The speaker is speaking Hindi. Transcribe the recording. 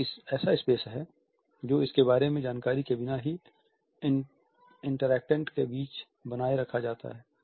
यह एक ऐसा स्पेस है जो इसके बारे में जानकारी के बिना ही इंटरैक्टेंट के बीच बनाए रखा जाता है